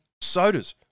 sodas